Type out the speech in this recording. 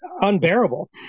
unbearable